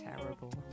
Terrible